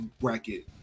bracket